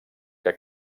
que